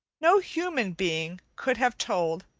no human being could have told,